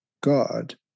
god